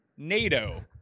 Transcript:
nato